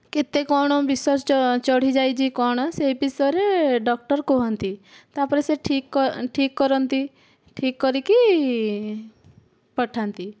କେତେ କ'ଣ ବିଷ ଚଢିଯାଇଛି କ'ଣ ସେ ବିଷୟରେ ଡକ୍ଟର୍ କୁହନ୍ତି ତା'ପରେ ସେ ଠିକ୍ ଠିକ୍ କରନ୍ତି ଠିକ୍ କରିକି ପଠାନ୍ତି